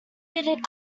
fitted